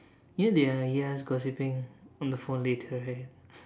you know they can hear us gossiping on the phone later right